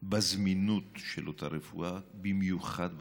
בזמינות של אותה רפואה, במיוחד בפריפריה.